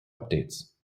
updates